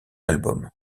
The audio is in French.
album